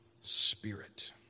spirit